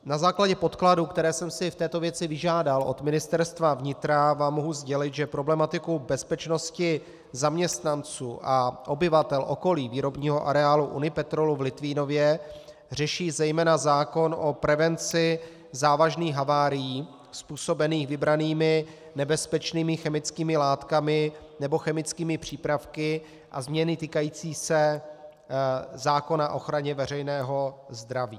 Na základě podkladů, které jsem si v této věci vyžádal od Ministerstva vnitra, vám mohu sdělit, že problematiku bezpečnosti zaměstnanců a obyvatel okolí výrobního areálu Unipetrol v Litvínově řeší zejména zákon o prevenci závažných havárií způsobených vybranými nebezpečnými chemickými látkami nebo chemickými přípravky a změny týkající se zákona o ochraně veřejného zdraví.